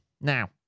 now